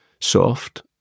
soft